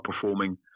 performing